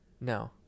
No